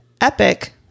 epic